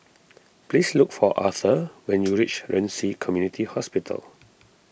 please look for Arthur when you reach Ren Ci Community Hospital